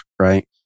right